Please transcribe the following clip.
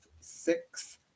six